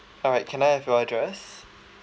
alright can I have your address